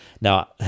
Now